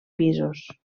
pisos